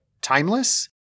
timeless